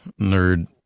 nerd